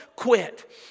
Quit